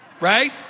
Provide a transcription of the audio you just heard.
Right